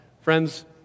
Friends